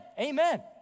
Amen